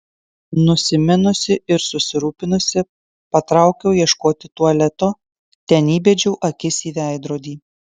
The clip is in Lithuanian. nusiminusi ir susirūpinusi patraukiau ieškoti tualeto ten įbedžiau akis į veidrodį